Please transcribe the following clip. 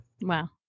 Wow